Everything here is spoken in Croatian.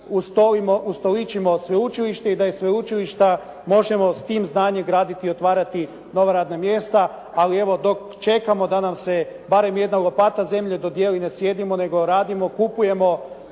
ustoličimo sveučilište i da sveučilišta možemo s tim znanjem graditi i otvarati nova radna mjesta. Ali evo dok čekamo da nam se barem jedna lopata zemlje dodijeli ne sjedimo nego radimo, kupujemo,